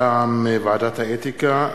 מטעם ועדת האתיקה,